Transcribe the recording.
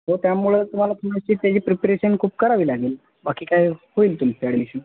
हो त्यामुळं तुम्हाला तुमची त्याची प्रिपरेशन खूप करावी लागेल बाकी काय होईल तुमची ॲडमिशन